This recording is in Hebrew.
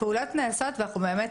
הפעולות נעשות ואנחנו באמת,